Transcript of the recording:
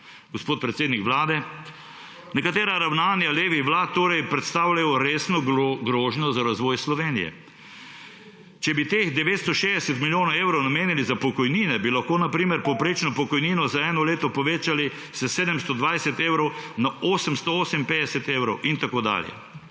Gospod predsednik vlade, nekatera ravnanja levih vlad torej predstavljajo resno grožnjo za razvoj Slovenije. Če bi teh 960 milijonov evrov namenili za pokojnine, bi lahko, na primer, povprečno pokojnino za eno leto povečali s 720 evrov na 858 evrov in tako dalje.